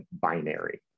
binary